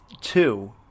Two